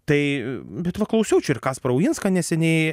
tai bet va klausiau čia ir kasparą uinską neseniai